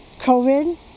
COVID